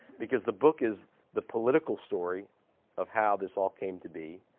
because the book is the political story of how this all came to be.